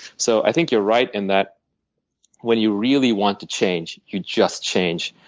so i think you're right in that when you really want to change you just change.